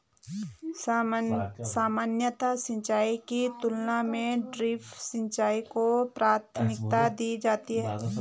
सामान्य सिंचाई की तुलना में ड्रिप सिंचाई को प्राथमिकता दी जाती है